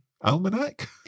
almanac